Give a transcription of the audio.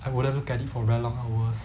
I wouldn't look at it for very long hours